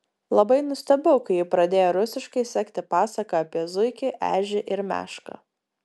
labai nustebau kai ji pradėjo rusiškai sekti pasaką apie zuikį ežį ir mešką